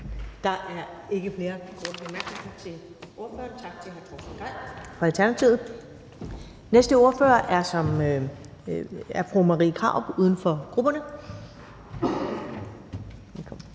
til ordføreren. Tak til hr. Torsten Gejl fra Alternativet. Den næste er fru Marie Krarup, uden for grupperne.